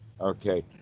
Okay